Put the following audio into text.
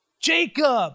Jacob